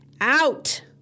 Out